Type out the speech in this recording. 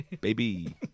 baby